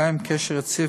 ומקיים קשר רציף,